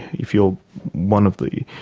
if you're one of the